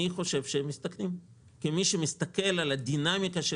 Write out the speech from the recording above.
אני חושב שהם מסתכנים כי מי שמסתכל על הדינמיקה של